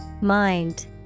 Mind